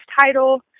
title